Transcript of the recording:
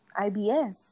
IBS